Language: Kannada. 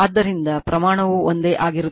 ಆದ್ದರಿಂದ ಪ್ರಮಾಣವು ಒಂದೇ ಆಗಿರುತ್ತದೆ